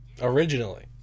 Originally